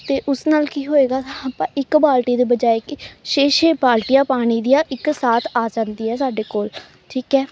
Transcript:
ਅਤੇ ਉਸ ਨਾਲ ਕੀ ਹੋਏਗਾ ਆਪਾਂ ਇੱਕ ਬਾਲਟੀ ਦੇ ਬਜਾਇ ਕਿ ਛੇ ਛੇ ਬਾਲਟੀਆਂ ਪਾਣੀ ਦੀਆਂ ਇੱਕ ਸਾਥ ਆ ਜਾਂਦੀ ਆ ਸਾਡੇ ਕੋਲ ਠੀਕ ਹੈ